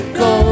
go